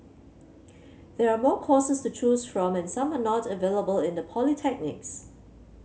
there are more courses to choose from and some are not available in the polytechnics